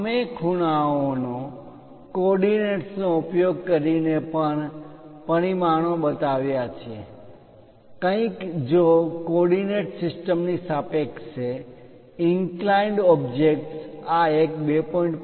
અમે ખૂણાઓનો કોઓર્ડિનેટ્સ નો ઉપયોગ કરીને પણ પરિમાણો બતાવ્યા છે કંઈક જો કોઓર્ડિનેટ્સ સિસ્ટમની સાપેક્ષે ઇન્ક્લાઈન્ડ ઓબ્જેક્ટ આ એક 2